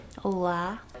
Hola